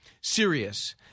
serious